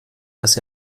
dass